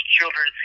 children